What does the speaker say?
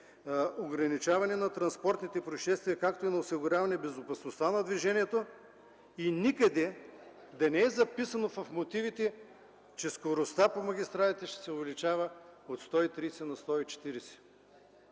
ограничаване на транспортните произшествия, както и осигуряване на безопасността на движението, и никъде не е записано, че скоростта по магистралите ще се увеличава от 130 на 140